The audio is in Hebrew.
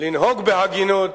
לנהוג בהגינות,